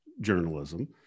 journalism